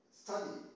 study